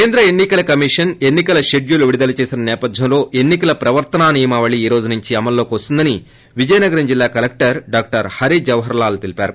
కేంద్ర ఎన్ని కల కమిషన్ ఎన్ని కల షెడ్యూల్ విడుదల చేసిన సేపధ్యంలో ఎన్ని కల ప్రవర్తనా నియమావళి ఈ రోజు నుండే అమలులోకి వస్తుందని విజయనగరం జిల్లా కలెక్టర్ డాక్టర్ హరిజపహర్ లాల్ తెలిపారు